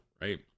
right